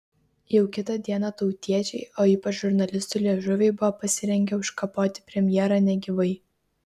jau kitą dieną tautiečiai o ypač žurnalistų liežuviai buvo pasirengę užkapoti premjerą negyvai